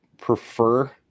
prefer